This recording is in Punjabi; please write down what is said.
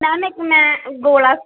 ਮੈਮ ਇੱਕ ਮੈਂ ਅ ਗੋਲਾ